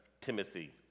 Timothy